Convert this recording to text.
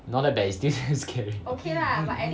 not that bad is still damn scary